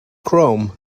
chrome